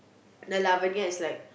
the Lavinia is like